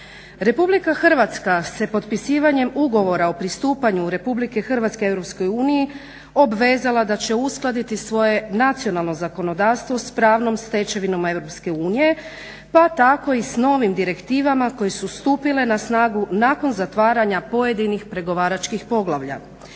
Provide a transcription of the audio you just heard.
Republika Hrvatska se potpisivanjem ugovora o pristupanju Republike Hrvatske EU obvezala da će uskladiti svoje nacionalno zakonodavstvo sa pravnom stečevinom EU, pa tako i s novim direktivama koje su stupile na snagu nakon zatvaranja pojedinih pregovaračkih poglavlja.